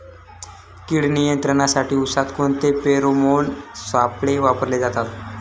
कीड नियंत्रणासाठी उसात कोणते फेरोमोन सापळे वापरले जातात?